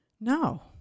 no